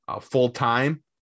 full-time